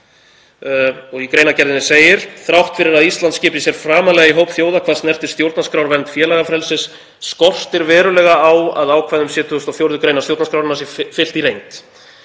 Í greinargerðinni segir: „Þrátt fyrir að Ísland skipi sér framarlega í hóp þjóða hvað snertir stjórnarskrárvernd félagafrelsis skortir verulega á að ákvæðum 74. gr. stjórnarskrárinnar sé fylgt í reynd.“